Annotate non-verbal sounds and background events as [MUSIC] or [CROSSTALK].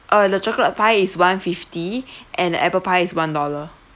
uh the chocolate pie is one fifty [BREATH] and the apple pie is one dollar